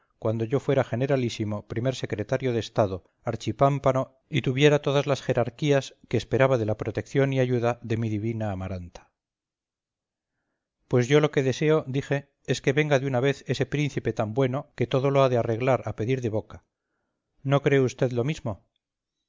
cuando yo fuera generalísimo primer secretario de estado archipámpano y tuviera todas las jerarquías que esperaba de la protección y ayuda de mi divina amaranta pues yo lo que deseo dije es que venga de una vez ese príncipe tan bueno que todo lo ha de arreglar a pedir de boca no cree usted lo mismo